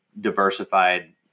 diversified